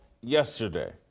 yesterday